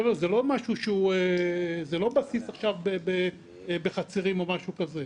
חבר'ה, זה לא בסיס בחצרים או משהו כזה.